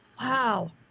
Wow